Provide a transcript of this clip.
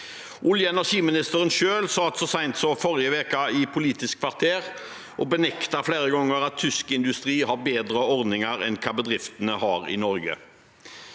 Olje- og energiministeren satt så sent som i forrige uke i Politisk kvarter og benektet flere ganger av tysk industri har bedre ordninger enn hva bedriftene i Norge